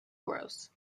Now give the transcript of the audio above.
gross